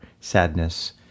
sadness